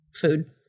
food